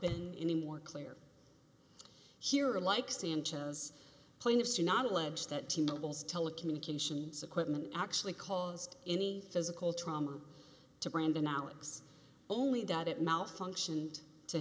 been any more clear here like sanchez plaintiffs are not allege that to knoebels telecommunications equipment actually caused any physical trauma to brandon alex only that it malfunctioned to